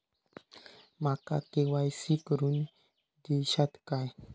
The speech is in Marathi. माका के.वाय.सी करून दिश्यात काय?